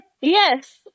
yes